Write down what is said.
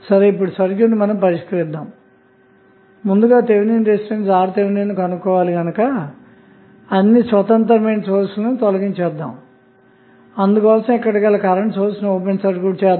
ఇప్పుడు సర్క్యూట్ ను పరిష్కరిద్దాము ముందుగా థెవినిన్ రెసిస్టెన్స్ R th ను కనుక్కోవాలి గనక అన్ని స్వతంత్రమైన సోర్స్ లను తొలగిద్దాము అందుకోసం ఇక్కడ గల కరెంటు సోర్స్ ని ఓపెన్ సర్క్యూట్ చేద్దాము